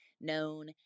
known